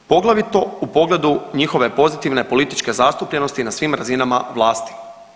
Poglavito u pogledu njihove pozitivne političke zastupljenosti na svim razinama vlasti.